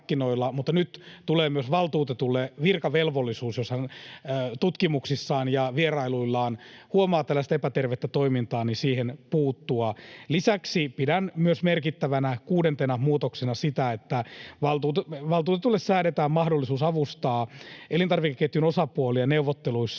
mutta nyt tulee myös valtuutetulle virkavelvollisuus, jos hän tutkimuksissaan ja vierailuillaan huomaa tällaista epätervettä toimintaa, siihen puuttua. Lisäksi pidän merkittävänä kuudentena muutoksena sitä, että valtuutetulle säädetään mahdollisuus avustaa elintarvikeketjun osapuolia neuvotteluissa